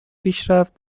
پیشرفت